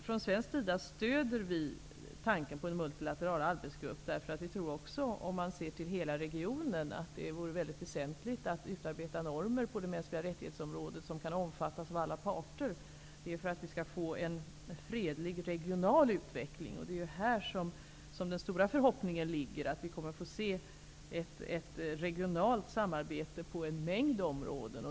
Från svensk sida stöder vi tanken på en multilateral arbetsgrupp, därför att vi också tror att det, om man ser till hela regionen, vore väsentligt att det utarbetas normer på MR-området som kan omfattas av alla parter -- detta för att det skall bli en fredlig regional utveckling. Här ligger den stora förhoppningen om att vi kommer att få se ett regionalt samarbete på en mängd områden.